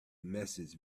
message